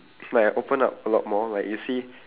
like I opened up a lot more like you see